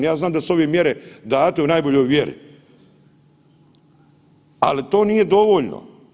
Ja znam da su ove mjere date u najboljoj vjeri, ali to nije dovoljno.